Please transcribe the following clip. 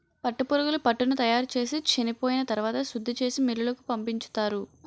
పట్టుపురుగులు పట్టుని తయారుచేసి చెనిపోయిన తరవాత శుద్ధిచేసి మిల్లులకు పంపించుతారు